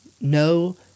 No